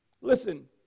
Listen